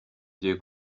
gihe